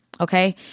okay